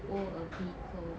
owe a vehicle